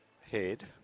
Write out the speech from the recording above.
Head